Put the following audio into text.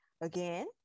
Again